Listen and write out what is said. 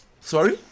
Sorry